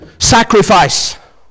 sacrifice